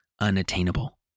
unattainable